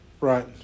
Right